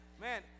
Man